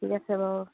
ঠিক আছে বাৰু